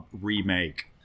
remake